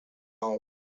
nou